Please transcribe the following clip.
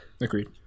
Agreed